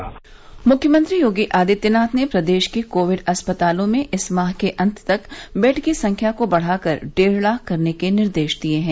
स स स मुख्यमंत्री योगी आदित्यनाथ ने प्रदेश के कोविड अस्पतालों में इस माह के अंत तक बेड की संख्या को बढ़ाकर डेढ़ लाख करने के निर्देश दिए हैं